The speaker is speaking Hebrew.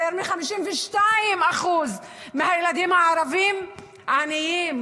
יותר מ-52% מהילדים הערבים עניים,